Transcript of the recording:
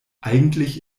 eigentlich